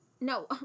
No